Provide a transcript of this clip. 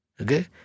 Okay